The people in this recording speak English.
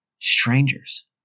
strangers